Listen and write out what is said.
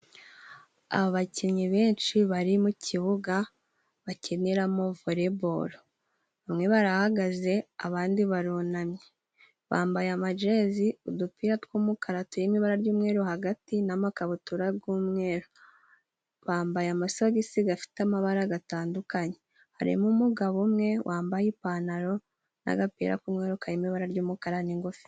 Abakinnyi benshi bari mu kibuga bakiniramo voreboro. Bamwe barahagaze abandi barunamye, bambaye amajezi, udupira tw'umukara turimo ibara ry'umweru, hagati n'amakabutura y'umweru, bambaye amasogisi afite amabara atandukanye harimo umugabo umwe wambaye ipantaro n'agapira karimo ibara ry'umukara n'ingofero.